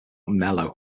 mellow